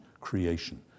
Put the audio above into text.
creation